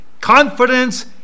Confidence